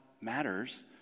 matters